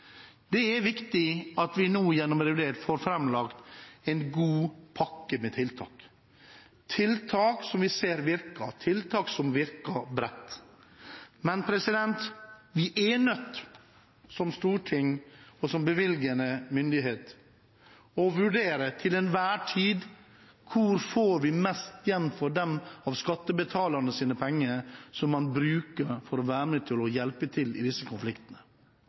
Det er viktig at vi nå, gjennom revidert nasjonalbudsjett, får framlagt en god pakke med tiltak – tiltak som vi ser virker, tiltak som virker bredt. Men vi er, som storting og som bevilgende myndighet, til enhver tid nødt til å vurdere hvor vi får mest igjen for de av skattebetalernes penger som man bruker på å være med og hjelpe til i disse konfliktene.